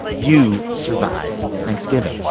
you survived thanksgiving.